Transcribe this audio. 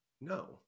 No